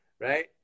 right